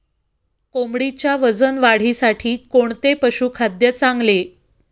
कोंबडीच्या वजन वाढीसाठी कोणते पशुखाद्य चांगले?